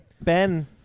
Ben